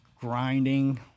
grinding